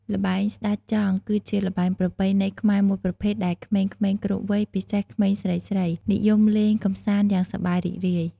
ល្បែងស្តេចចង់ គឺជាល្បែងប្រជាប្រិយខ្មែរមួយប្រភេទដែលក្មេងៗគ្រប់វ័យ ពិសេសក្មេងស្រីៗ និយមលេងកម្សាន្តយ៉ាងសប្បាយរីករាយ។